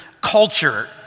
culture